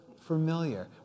familiar